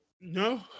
No